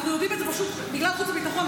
אנחנו יודעים את זה פשוט בגלל חוץ וביטחון.